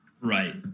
Right